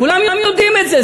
כולם יודעים את זה.